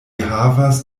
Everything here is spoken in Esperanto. havas